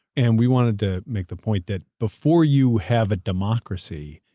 and we wanted to make the point that before you have a democracy,